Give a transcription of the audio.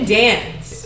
dance